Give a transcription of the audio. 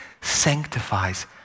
sanctifies